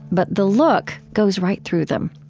but the look goes right through them.